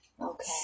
Okay